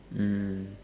mm